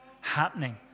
happening